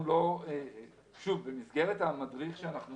שוב, במסגרת המדריך שאנחנו